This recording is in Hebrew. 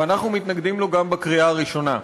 ואנחנו מתנגדים לו גם בקריאה הראשונה.